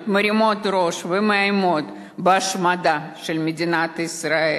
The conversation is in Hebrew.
מרימים ראש ומאיימים בהשמדה של מדינת ישראל.